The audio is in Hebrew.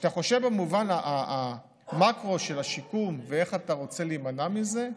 כשאתה חושב במובן המקרו של השיקום ואיך אתה רוצה להימנע מזה,